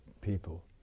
people